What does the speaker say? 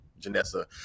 Janessa